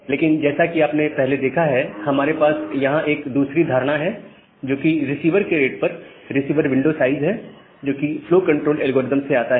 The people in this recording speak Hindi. लेकिन जैसा कि आपने पहले देखा है हमारे पास यहां एक दूसरी धारणा है जो कि रिसीवर की रेट पर रिसीवर विंडो साइज है जोकि फ्लो कंट्रोल एल्गोरिदम से आता है